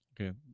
Okay